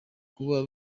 kuba